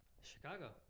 Chicago